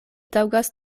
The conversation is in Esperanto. taŭgas